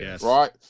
right